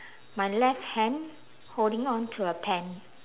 my left hand holding on to a pen